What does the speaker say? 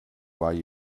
while